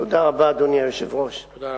רצוני